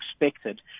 expected